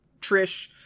Trish